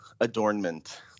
adornment